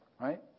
Right